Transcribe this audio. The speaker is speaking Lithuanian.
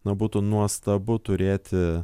na būtų nuostabu turėti